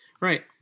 Right